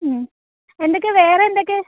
ഉം എന്തൊക്കെയാണ് വേറെ എന്തൊക്കെ